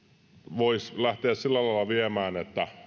voisi lähteä sillä lailla viemään että